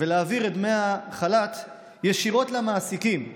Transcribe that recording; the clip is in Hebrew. ולהעביר את דמי החל"ת ישירות למעסיקים,